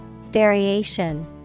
Variation